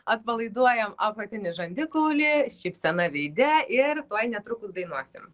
atpalaiduojam apatinį žandikaulį šypsena veide ir tuoj netrukus dainuosim